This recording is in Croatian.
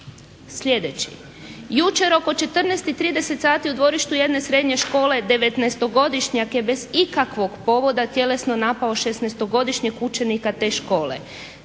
Sljedeći: "Jučer oko 14,30 sati u dvorištu jedne srednje škole 19. godišnjak je bez ikakvog povoda tjelesno napao 16 godišnjeg učenika te škole.